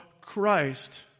Christ